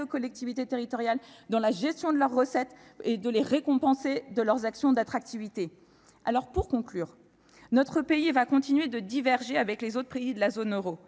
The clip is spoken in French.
collectivités territoriales dans la gestion de leurs recettes et de récompenser leurs actions d'attractivité. Notre pays va continuer de diverger avec les autres pays de la zone euro.